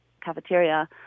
cafeteria